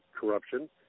corruption